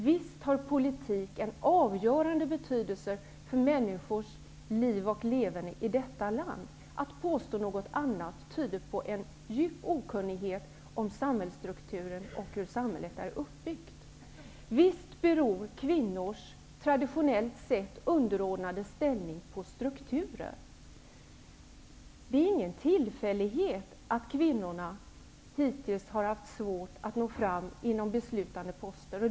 Visst har politik en avgörande betydelse för människors liv och leverne i detta land. Att påstå något annat tyder på en djup okunnighet om samhällsstrukturen och om hur samhället är uppbyggt. Visst beror kvinnors, traditionellt sett, underordnade ställning på strukturer. Det är ingen tillfällighet att kvinnorna hittills har haft svårt att nå fram till poster i beslutande ställning.